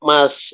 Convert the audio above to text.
Mas